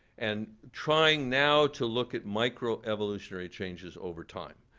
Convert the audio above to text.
and trying now to look at micro-evolutionary changes over time.